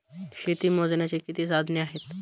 शेती मोजण्याची किती साधने आहेत?